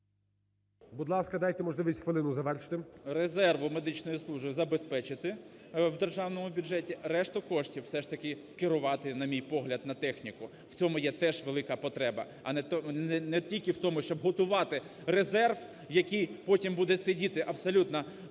Будь ласка, дайте можливість завершити. ВІННИК І.Ю. …резерву медичної служби забезпечити в державному бюджеті, решту коштів все ж таки скерувати, на мій погляд, на техніку. В цьому є теж велика потреба, а не тільки в тому, щоб готувати резерв, який потім буде сидіти абсолютно